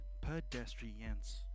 pedestrians